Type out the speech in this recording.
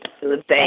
Thank